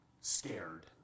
Scared